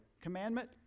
Commandment